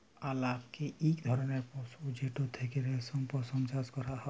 আলাপকে ইক ধরলের পশু যেটর থ্যাকে রেশম, পশম চাষ ক্যরা হ্যয়